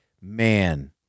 man